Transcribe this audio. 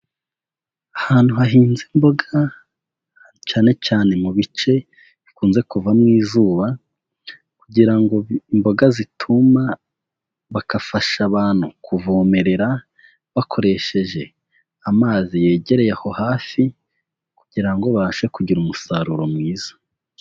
Ahantu hahinze imboga, cyane cyane mu bice bikunze kuvamwo izuba, kugira ngo imboga zituma, bakafasha abantu kuvomerera, bakoresheje amazi yegereye aho hafi, kugira ngo babashe kugira umusaruro mwiza.